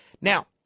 now